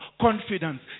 confidence